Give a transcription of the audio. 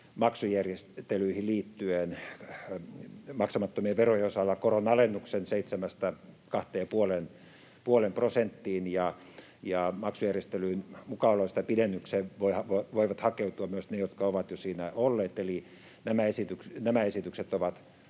maksujärjestelyihin liittyen maksamattomien verojen osalta koronalennuksen 7 prosentista 2,5 prosenttiin ja sen, että maksujärjestelyn pidennykseen voivat hakeutua myös ne, jotka ovat jo siinä olleet. Eli nämä esitykset ovat